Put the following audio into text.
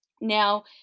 Now